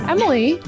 Emily